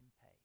pay